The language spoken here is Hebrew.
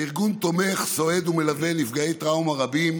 הארגון תומך, סועד ומלווה נפגעי טראומה רבים,